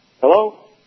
Hello